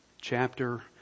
chapter